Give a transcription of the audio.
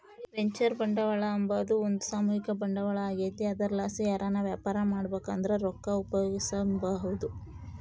venture ಬಂಡವಾಳ ಅಂಬಾದು ಒಂದು ಸಾಮೂಹಿಕ ಬಂಡವಾಳ ಆಗೆತೆ ಅದರ್ಲಾಸಿ ಯಾರನ ವ್ಯಾಪಾರ ಮಾಡ್ಬಕಂದ್ರ ರೊಕ್ಕ ಉಪಯೋಗಿಸೆಂಬಹುದು